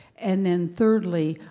and then thirdly,